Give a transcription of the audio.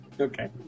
Okay